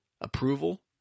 Approval